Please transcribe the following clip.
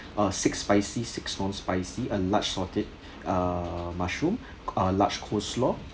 uh six spicy six non spicy a large sauteed err mushroom ah large coleslaw